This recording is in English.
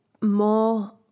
more